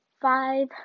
five